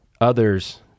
others